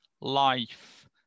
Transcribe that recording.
life